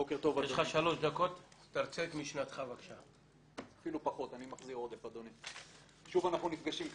בוקר טוב, שוב אנחנו נפגשים כאן,